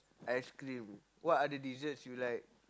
ice cream what other desserts you like